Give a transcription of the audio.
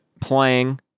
playing